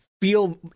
feel